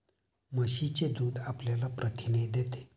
म्हशीचे दूध आपल्याला प्रथिने देते